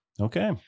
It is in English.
okay